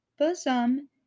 bosom